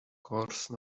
course